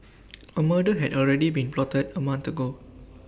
A murder had already been plotted A month ago